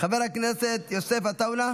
חבר הכנסת יוסף עטאונה,